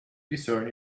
discern